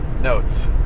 notes